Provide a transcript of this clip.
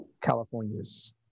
California's